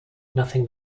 nothing